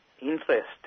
interest